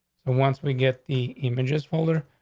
and once we get the images folder,